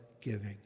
giving